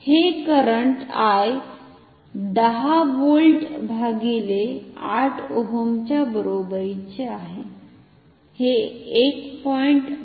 हे current I 10 volt भागीले 8 ohm च्या बरोबरीचे आहे हे 1